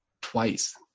twice